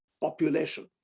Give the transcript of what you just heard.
population